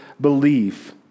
believe